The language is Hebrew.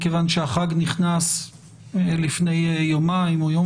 מכיוון שהחג נכנס לפני יומיים או יום